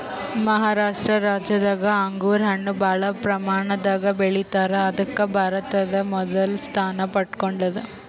ಮಹಾರಾಷ್ಟ ರಾಜ್ಯದಾಗ್ ಅಂಗೂರ್ ಹಣ್ಣ್ ಭಾಳ್ ಪ್ರಮಾಣದಾಗ್ ಬೆಳಿತಾರ್ ಅದಕ್ಕ್ ಭಾರತದಾಗ್ ಮೊದಲ್ ಸ್ಥಾನ ಪಡ್ಕೊಂಡದ್